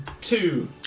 two